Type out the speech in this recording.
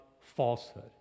falsehood